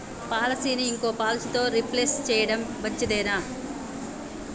పాలసీని ఇంకో పాలసీతో రీప్లేస్ చేయడం మంచిదేనా?